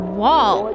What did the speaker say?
wall